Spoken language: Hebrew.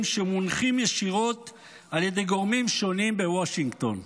שמונחים ישירות על ידי גורמים שונים בוושינגטון.